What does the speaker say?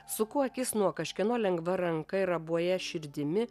suku akis nuo kažkieno lengva ranka ir abuoja širdimi